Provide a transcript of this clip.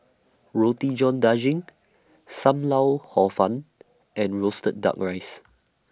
Roti John Daging SAM Lau Hor Fun and Roasted Duck Rice